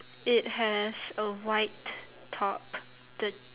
it has a white top the